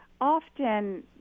often